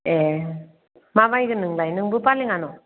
ए मा बायगोन नोंलाय नोंबो फालें आन'